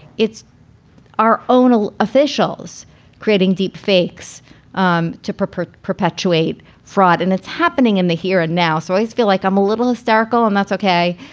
it's our own officials creating deep fakes um to perpetuate perpetuate fraud. and it's happening in the here and now. so i feel like i'm a little hysterical and that's ok.